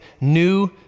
New